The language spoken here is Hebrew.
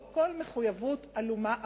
או בשל כל מחויבות עלומה אחרת.